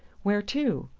where to?